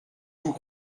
vous